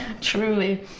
Truly